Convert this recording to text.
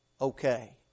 Okay